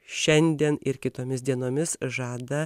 šiandien ir kitomis dienomis žada